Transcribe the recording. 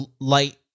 light